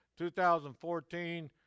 2014